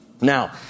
Now